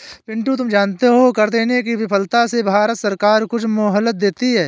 पिंटू तुम जानते हो कर देने की विफलता से भारत सरकार कुछ मोहलत देती है